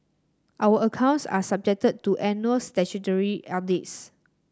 our accounts are subjected to annual statutory audits